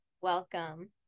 welcome